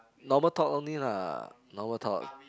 normal talk only lah normal talk